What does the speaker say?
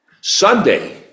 Sunday